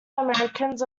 americans